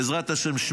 בעזרת השם,